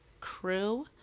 crew